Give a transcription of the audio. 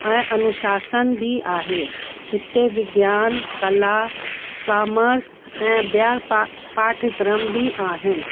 ऐं अनुशासन बि आहे हिते विज्ञान कला कामर्स ऐं ॿियां पा पाठ्यक्रम बि आहिनि